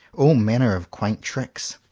all manner of quaint tricks.